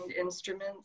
instruments